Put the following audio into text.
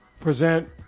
present